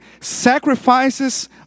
sacrifices